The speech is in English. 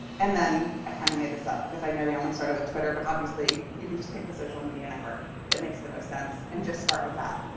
and then i kind of made this up, because i know they only started with twitter. but obviously, you can just pick the social media network that makes the most sense and just start with that.